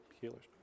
healers